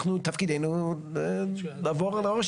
אנחנו תפקידנו לעבור על ה- -,